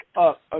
up